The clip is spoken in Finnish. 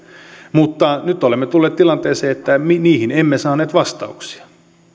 mutta nyt olemme tulleet tilanteeseen että emme saaneet vastauksia